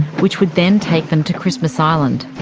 which would then take them to christmas island.